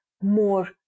more